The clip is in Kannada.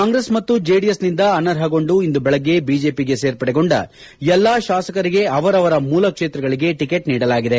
ಕಾಂಗ್ರೆಸ್ ಮತ್ತು ಜೆಡಿಎಸ್ನಿಂದ ಅನರ್ಹಗೊಂಡು ಇಂದು ಬೆಳಗ್ಗೆ ಬಿಜೆಪಿಗೆ ಸೇರ್ಪಡೆಗೊಂಡ ಎಲ್ಲ ಶಾಸಕರಿಗೆ ಅವರವರ ಮೂಲ ಕ್ಷೇತ್ರಗಳಗೆ ಟಕೆಟ್ ನೀಡಲಾಗಿದೆ